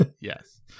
Yes